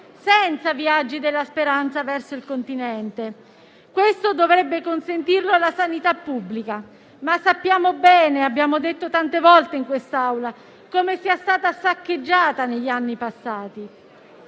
senza viaggi della speranza verso il continente. Questo dovrebbe consentirlo la sanità pubblica, ma sappiamo bene - l'abbiamo detto tante volte in quest'Aula - come questa sia stata saccheggiata negli anni passati.